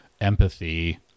empathy